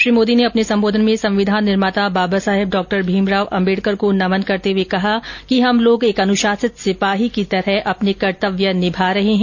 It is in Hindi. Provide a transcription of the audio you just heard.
श्री मोदी ने अपने संबोधन में संविधान निर्माता बाबा साहेब डॉ भीमराव अम्बेडकर को नमन करते हुए कहा कि हम लोग एक अनुशासित सिपाही की तरह अपने कर्तव्य निभा रहे है